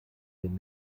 den